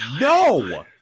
No